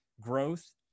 growth